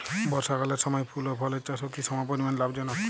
বর্ষাকালের সময় ফুল ও ফলের চাষও কি সমপরিমাণ লাভজনক?